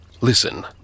Listen